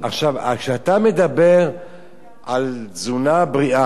כשאתה מדבר על תזונה בריאה,